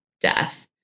death